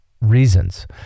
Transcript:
reasons